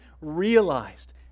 realized